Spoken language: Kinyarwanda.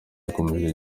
yakomeje